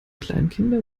kleinkinder